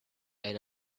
and